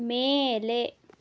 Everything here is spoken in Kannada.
ಮೇಲೆ